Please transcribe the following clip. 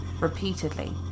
repeatedly